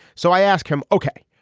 so i asked him, ok,